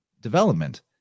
development